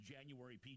January